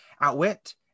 Outwit